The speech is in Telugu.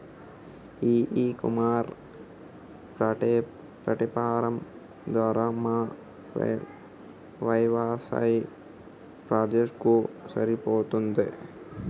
ఈ ఇ కామర్స్ ప్లాట్ఫారం ధర మా వ్యవసాయ బడ్జెట్ కు సరిపోతుందా?